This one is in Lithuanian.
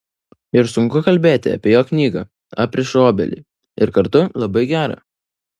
ir sunku kalbėti apie jo knygą aprišu obelį ir kartu labai gera